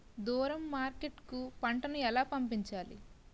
దూరం మార్కెట్ కు పంట ను ఎలా పంపించాలి?